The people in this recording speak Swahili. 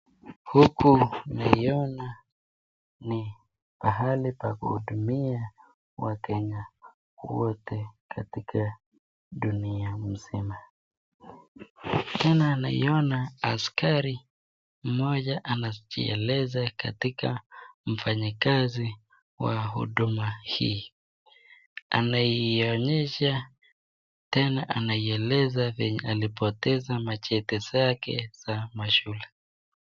Huku naiona ni mahali pa kuhudumia wakenya wote katika dunia nzima. Tena naiona askari mmoja anajieleza katika mfanyikazi wa huduma hii. Anaionyesha tena anaieleza venye alipoteza macheti zake za mashule.